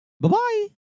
Bye-bye